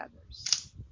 others